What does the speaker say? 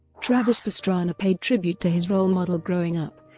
travis pastrana paid tribute to his role model growing up,